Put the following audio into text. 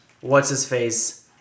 what's-his-face